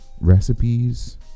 recipes